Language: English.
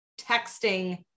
texting